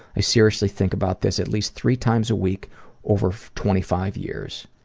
i seriously think about this at least three times a week over twenty five years.